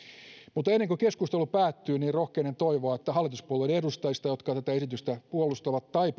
mutta ennen kuin keskustelu päättyy niin rohkenen toivoa että hallituspuolueiden edustajista jotka tätä esitystä puolustavat tai